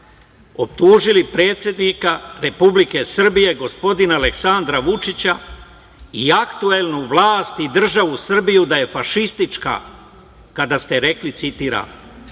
optužili predsednika Republike Srbije, gospodina Aleksandra Vučića i aktuelnu vlast i državu Srbiju da je fašistička, kada ste rekli, citiram